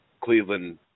Cleveland